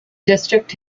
district